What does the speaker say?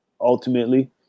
ultimately